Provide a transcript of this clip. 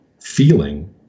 feeling